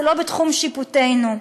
זה לא בתחום שיפוטנו,